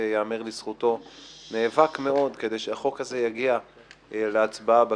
שייאמר לזכותו שנאבק מאוד כדי שהחוק הזה יגיע להצבעה בכנסת.